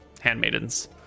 handmaidens